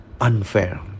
unfair